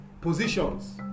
positions